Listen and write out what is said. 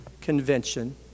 convention